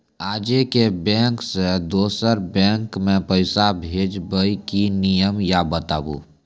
आजे के बैंक से दोसर बैंक मे पैसा भेज ब की नियम या बताबू?